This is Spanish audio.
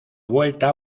vuelta